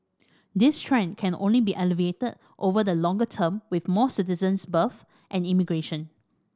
this trend can only be alleviated over the longer term with more citizens births and immigration